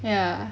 ya